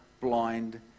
blind